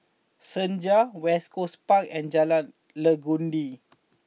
Senja West Coast Park and Jalan Legundi